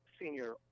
senior